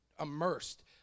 immersed